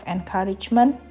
Encouragement